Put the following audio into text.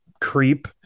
creep